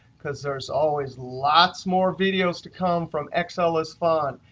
because there's always lots more videos to come from excelisfun.